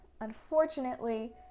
Unfortunately